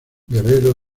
guerrero